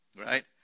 right